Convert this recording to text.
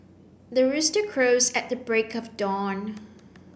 the rooster crows at the break of dawn